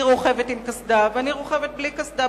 היא רוכבת עם קסדה ואני רוכבת בלי קסדה,